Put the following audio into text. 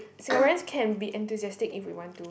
Singaporeans can be enthusiastic if we want to